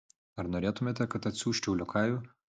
ar norėtumėte kad atsiųsčiau liokajų